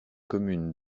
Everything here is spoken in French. communes